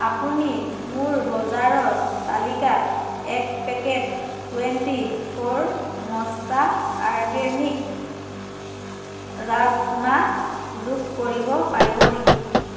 আপুনি মোৰ বজাৰৰ তালিকাত এক packet twenty four Mantra organic rajma যোগ কৰিব পাৰিব নেকি